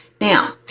Now